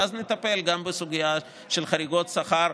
ואז נטפל גם בסוגיה של חריגות שכר.